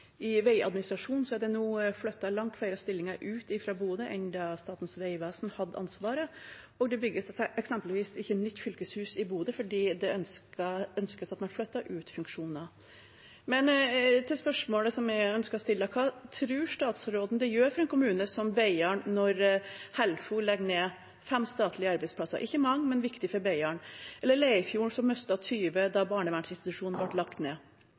I veiadministrasjonen er det nå flyttet langt flere stillinger ut fra Bodø enn da Statens vegvesen hadde ansvaret. Det bygges eksempelvis ikke nytt fylkeshus i Bodø fordi det ønskes at man flytter ut funksjoner. Til spørsmålet som jeg ønsker å stille: Hva tror statsråden det gjør for en kommune som Beiarn når Helfo legger ned fem statlige arbeidsplasser – ikke mange, men viktige for Beiarn? Eller Leirfjord, som mistet 20 da barnevernsinstitusjonen ble lagt ned?